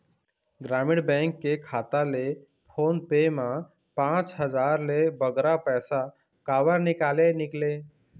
ग्रामीण बैंक के खाता ले फोन पे मा पांच हजार ले बगरा पैसा काबर निकाले निकले?